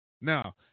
Now